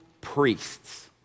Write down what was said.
priests